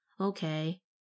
okay